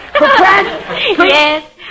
Yes